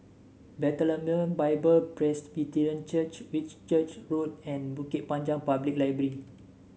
Bethlehem Bible Presbyterian Church Whitchurch Road and Bukit Panjang Public Library